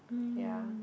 yeah